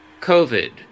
COVID